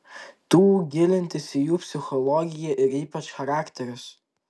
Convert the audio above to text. tų gilintis į jų psichologiją ir ypač charakterius